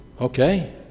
okay